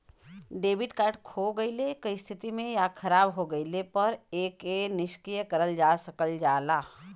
debit card खो गइले क स्थिति में या खराब हो गइले पर एके निष्क्रिय करल जा सकल जाला